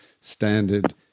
standard